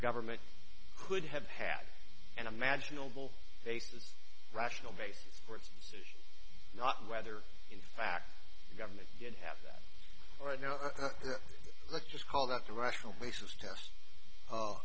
government could have had and imaginable cases rational basis for it's not whether in fact the government didn't have that right now let's just call that the rational basis test